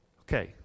Okay